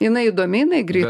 jinai įdomi jinai greita